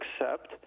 accept